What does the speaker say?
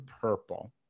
purple